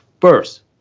first